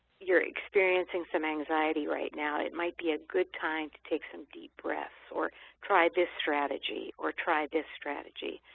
you're experiencing some anxiety right now. it might be a good time to take some deep breaths or try this strategy or try this strategy.